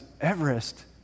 Everest